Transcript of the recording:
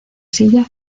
silla